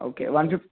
okay one fif